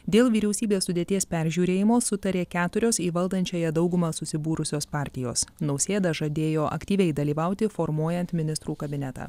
dėl vyriausybės sudėties peržiūrėjimo sutarė keturios į valdančiąją daugumą susibūrusios partijos nausėda žadėjo aktyviai dalyvauti formuojant ministrų kabinetą